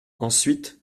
ensuite